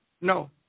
No